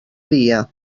dia